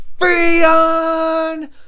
Freon